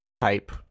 type